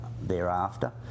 thereafter